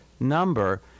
number